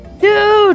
Dude